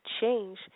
change